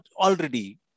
already